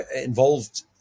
involved